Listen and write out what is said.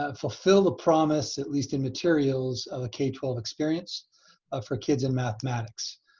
ah fulfill the promise at least in materials of the k twelve experience ah for kids in mathematics.